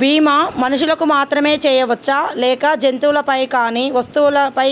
బీమా మనుషులకు మాత్రమే చెయ్యవచ్చా లేక జంతువులపై కానీ వస్తువులపై